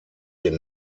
den